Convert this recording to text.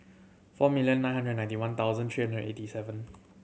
four million nine hundred ninety one thousand three hundred and eighty seven